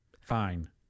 fine